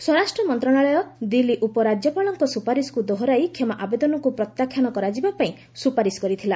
ସ୍ୱରାଷ୍ଟ୍ର ମନ୍ତ୍ରଣାଳୟ ଦିଲ୍ଲୀ ଉପରାଜ୍ୟପାଳଙ୍କ ସୁପାରିସ୍କୁ ଦୋହରାଇ କ୍ଷମା ଆଦେବଦନକୁ ପ୍ରତ୍ୟାଖ୍ୟାନ କରାଯିବାପାଇଁ ସୁପାରିସ୍ କରିଥିଲା